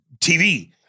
TV